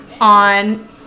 on